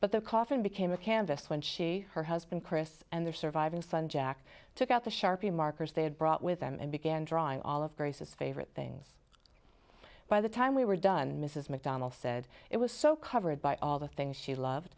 but the coffin became a canvas when she her husband chris and their surviving son jack took out the sharpie markers they had brought with them and began drawing all of grace's favorite things by the time we were done mrs mcdonnell said it was so covered by all the things she loved